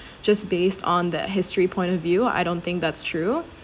just based on that history point of view I don't think that's true